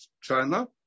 China